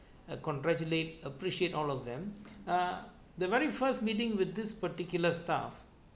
uh congratulate appreciate all of them uh the very first meeting with this particular staff